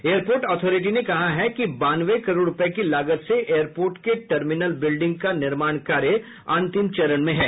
airport authority ने कहा है कि बानवे करोड़ रूपये की लागत से एयर पोर्ट के टर्मिनल बिल्डिंग का निर्माण कार्य अंतिम चरण में है